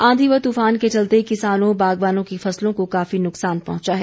आंधी व तूफान के चलते किसानों बागवानों की फसलों को काफी नुकसान पहंचा है